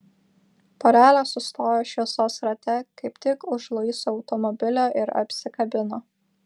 porelė sustojo šviesos rate kaip tik už luiso automobilio ir apsikabino